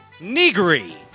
Negri